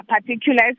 particulars